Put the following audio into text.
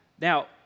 Now